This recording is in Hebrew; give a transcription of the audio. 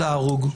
להרוג.